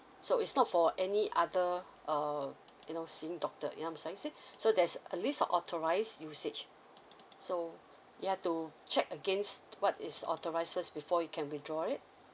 so it's not for any other uh you know seeing doctor you know I'm saying you say so there's a list of authorised usage so you have to check against what is authorised first before you can withdraw it